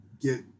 get